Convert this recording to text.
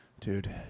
dude